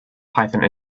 python